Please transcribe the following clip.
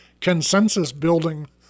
consensus-building